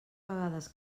vegades